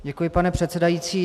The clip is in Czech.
Děkuji, pane předsedající.